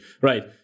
Right